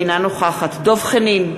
אינה נוכחת דב חנין,